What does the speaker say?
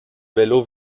vélo